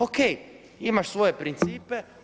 O.k. Imaš svoje principe.